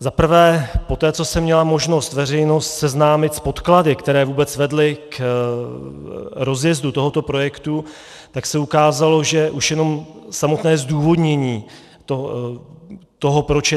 Za prvé, poté co se měla možnost veřejnost seznámit s podklady, které vůbec vedly k rozjezdu tohoto projektu, tak se ukázalo, že už jenom samotné zdůvodnění toho, proč